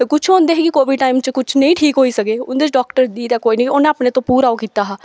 कुछ होंदे हे कि कोविड टाइम च कुछ नेईं ठीक होई सकै उं'दे च डााक्टर दा कोई नी उ'नें अपने तो पूरा ओह् कीता हा